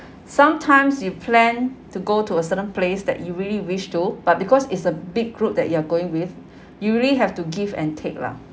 sometimes you plan to go to a certain place that you really wish to but because it's a big group that you are going with you really have to give and take lah